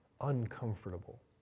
uncomfortable